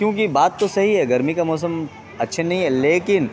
کیونکہ بات تو صحیح ہے گرمی کا موسم اچھے نہیں ہیں لیکن